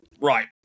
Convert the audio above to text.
Right